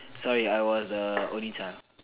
sorry I was the only child